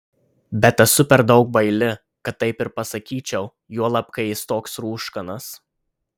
bet esu per daug baili kad taip ir pasakyčiau juolab kai jis toks rūškanas